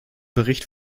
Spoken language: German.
bericht